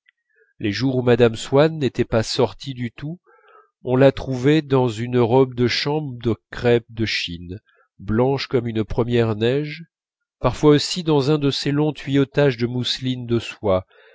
les jours où mme swann n'était pas sortie du tout on la trouvait dans une robe de chambre de crêpe de chine blanche comme une première neige parfois aussi dans un de ces longs tuyautages de mousseline de soie